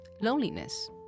loneliness